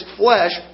flesh